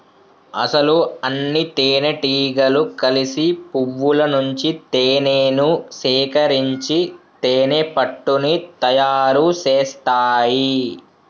అసలు అన్నితేనెటీగలు కలిసి పువ్వుల నుంచి తేనేను సేకరించి తేనెపట్టుని తయారు సేస్తాయి